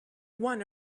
one